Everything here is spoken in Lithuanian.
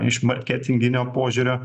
iš marketinginio požiūrio